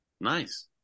Nice